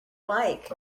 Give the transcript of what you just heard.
like